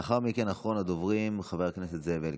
לאחר מכן, אחרון הדוברים, חבר הכנסת זאב אלקין.